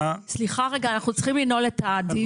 סליחה רגע, אנחנו צריכים לנעול את הדיון.